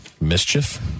Mischief